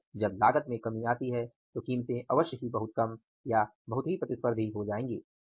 और जब लागत में कमी आती है तो अवश्य ही कीमतें बहुत कम या बहुत ही प्रतिस्पर्धी हो जाएंगी